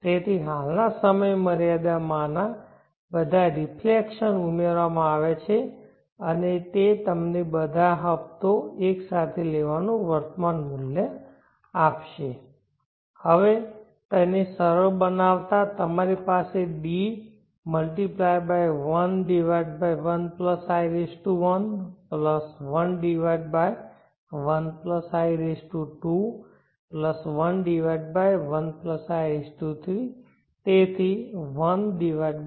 તેથી હાલના સમયમર્યાદામાંના બધા રિફ્લેક્શનઉમેરવામાં આવ્યા છે અને તે તમને બધા હપતો એક સાથે લેવાનું વર્તમાન મૂલ્ય આપશે હવે તેને સરળ બનાવતા તમારી પાસે D 11i1 11i2 11i3 તેથી 11in